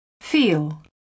Feel